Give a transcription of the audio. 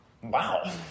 Wow